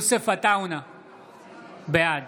בעד